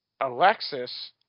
Alexis